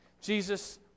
Jesus